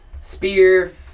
Spear